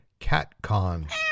CatCon